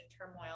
turmoil